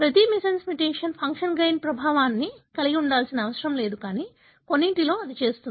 ప్రతి missense mutation function gain ప్రభావాన్ని కలిగి ఉండాల్సిన అవసరం లేదు కానీ కొన్నింటిలో అది చేస్తుంది